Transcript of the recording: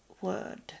word